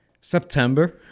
september